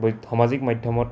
সামাজিক মাধ্যমত